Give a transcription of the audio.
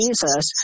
Jesus